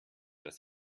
dass